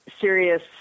serious